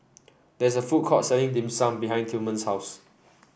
there is a food court selling Dim Sum behind Tilman's house